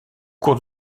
cours